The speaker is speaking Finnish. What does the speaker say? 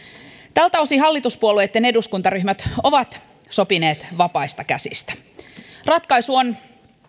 tältä osin hallituspuolueitten eduskuntaryhmät ovat sopineet vapaista käsistä ratkaisu on